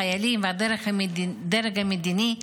חיילים והדרג המדיני,